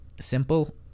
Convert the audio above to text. simple